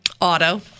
Auto